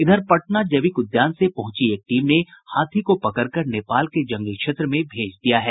इधर पटना जैविक उद्यान से पहुंची एक टीम ने हाथी को पकड़कर नेपाल के जंगली क्षेत्र में भेज दिया है